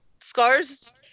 Scar's